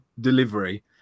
delivery